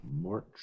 March